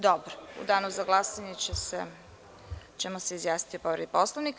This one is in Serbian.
Dobro, u Danu za glasanje ćemo se izjasniti o povredi Poslovnika.